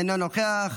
אינו נוכח,